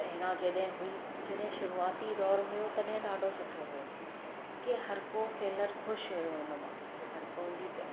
पहिरियां जॾहिं हुई जॾहिं शुरूआती दौरु हुयो तॾहिं ॾाढो सुठो हुयो की हर को सेलर ख़ुशि हुयो हुनमां हर कोई